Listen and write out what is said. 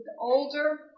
older